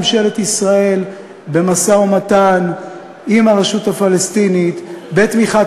ממשלת ישראל במשא-ומתן עם הרשות הפלסטינית בתמיכת